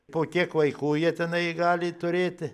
po kiek vaikų jie tenai gali turėti